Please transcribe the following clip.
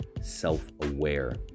self-aware